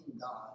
God